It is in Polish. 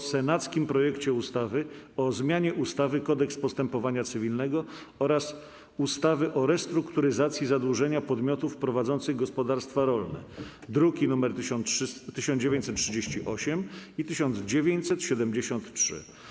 Wsi o senackim projekcie ustawy o zmianie ustawy - Kodeks postępowania cywilnego oraz ustawy o restrukturyzacji zadłużenia podmiotów prowadzących gospodarstwa rolne (druki nr 1938 i 1973)